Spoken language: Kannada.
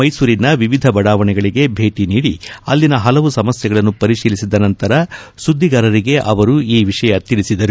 ಮೈಸೂರಿನ ವಿವಿಧ ಬಡಾವಣೆಗೆ ಭೇಟಿ ನೀಡಿ ಅಲ್ಲಿನ ಹಲವು ಸಮಸ್ಥೆಗಳನ್ನು ಪರಿಶೀಲಿಸಿದ ನಂತರ ಸುದ್ವಿಗಾರರಿಗೆ ಅವರು ಈ ವಿಷಯ ತಿಳಿಸಿದರು